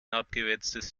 abgewetztes